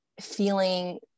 feeling